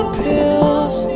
pills